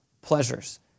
pleasures